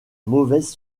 mauvaise